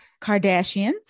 Kardashians